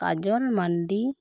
ᱠᱟᱡᱚᱞ ᱢᱟᱱᱰᱤ